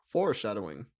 Foreshadowing